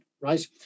right